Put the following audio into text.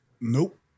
Nope